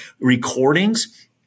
recordings